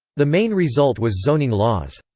the main result was zoning laws.